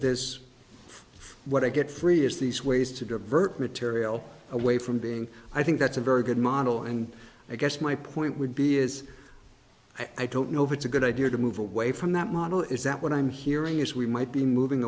this what i get free is these ways to divert material away from being i think that's a very good model and i guess my point would be is i don't know if it's a good idea to move away from that model is that what i'm hearing is we might be moving